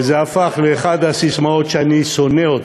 וזה הפך לאחת הססמאות שאני שונא,